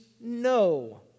no